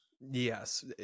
Yes